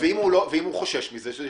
ואם הוא חושש מזה,